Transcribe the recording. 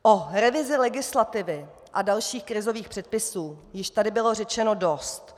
O revizi legislativy a dalších krizových předpisů již tady bylo řečeno dost.